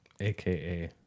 AKA